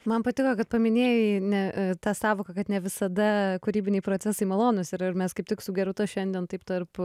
man patiko kad paminėjai ne tą sąvoką kad ne visada kūrybiniai procesai malonūs ir ir mes kaip tik su gerūta šiandien taip tarp